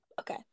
Okay